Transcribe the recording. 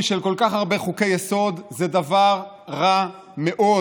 של כל כך הרבה חוקי-יסוד זה דבר רע מאוד,